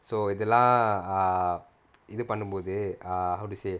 so இதெல்லாம் இது பண்ணும் போது:ithellam ithu pannum pothu err how to say